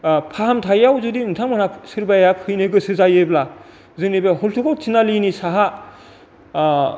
फाहामथायाव जुदि नोंथांमोना सोरबाया फैनो गोसो जायोब्ला जोंनि बे हुलथुगाव थिनालिनि साहा